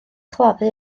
chladdu